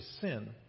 sin